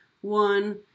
One